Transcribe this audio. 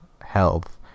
health